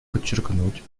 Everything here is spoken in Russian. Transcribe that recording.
подчеркнуть